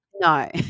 No